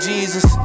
Jesus